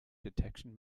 detection